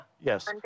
Yes